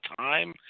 time